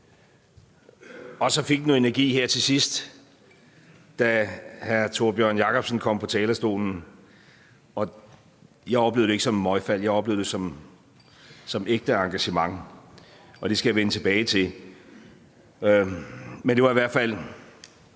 og så fik den noget energi her til sidst, da hr. Tórbjørn Jacobsen kom på talerstolen. Jeg oplevede det ikke som et møgfald, jeg oplevede det som ægte engagement, og det skal jeg vende tilbage til, men det var i hvert fald